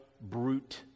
brute